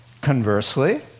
Conversely